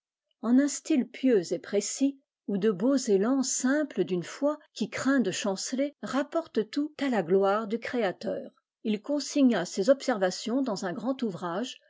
en un style pieux et précis où de beaux élans simples d'ua foi qui craint de chanceler rapportent tout à la gloire du créateur il consigna ses observations dans son grand ouvrage